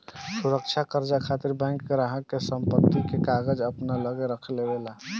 सुरक्षा कर्जा खातिर बैंक ग्राहक के संपत्ति के कागज अपना लगे रख लेवे ला